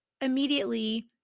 immediately